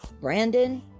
Brandon